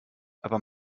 aber